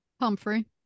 Humphrey